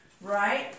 Right